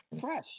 Fresh